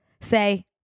Say